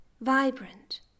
vibrant